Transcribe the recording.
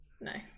nice